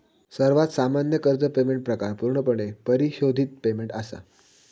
सर्वात सामान्य कर्ज पेमेंट प्रकार पूर्णपणे परिशोधित पेमेंट असा